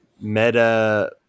meta